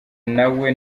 nawe